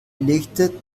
legte